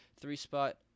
Three-spot